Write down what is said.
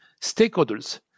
stakeholders